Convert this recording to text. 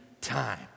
time